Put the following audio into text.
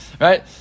Right